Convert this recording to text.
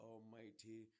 Almighty